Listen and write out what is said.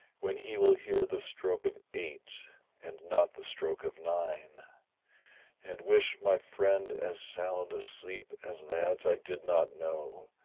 when he will hear the stroke of eight and not the stroke of nine and wish my friend as sound a sleep as lads' i did not know,